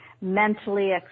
mentally